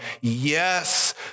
yes